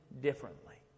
differently